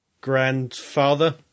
grandfather